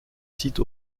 site